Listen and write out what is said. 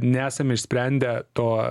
nesam išsprendę to